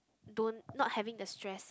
don't not having the stress